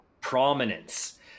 prominence